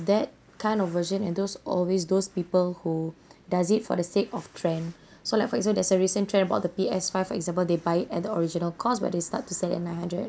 that kind of version and those always those people who does it for the sake of trend so like for example there's a recent trend about the P_S five for example they buy it at the original cost but they start to sell it at nine hundred